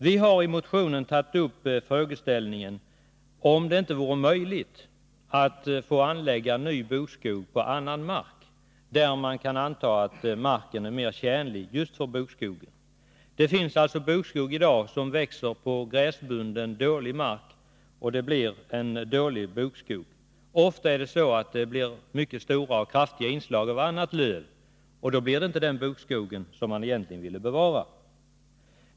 Vi har i motionen tagit upp frågan om det inte vore möjligt att anlägga ny bokskog på annan mark som just är lämpad för bok. Det finns alltså bokskog i dag som växer på gräsbunden dålig mark, och det blir då en dålig bokskog. Ofta blir det fråga om mycket stora inslag av annat löv, och då blir det inte den bokskog som man egentligen vill bevara.